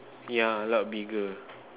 yeah a lot bigger